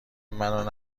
منو